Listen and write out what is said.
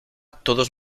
todos